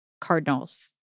cardinals